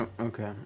Okay